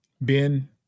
Ben